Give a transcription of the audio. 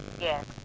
Yes